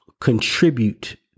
contribute